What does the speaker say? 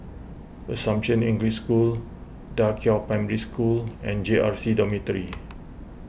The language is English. Assumption English School Da Qiao Primary School and J R C Dormitory